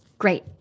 Great